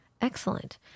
Excellent